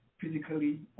physically